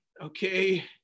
Okay